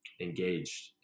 engaged